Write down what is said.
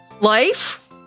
Life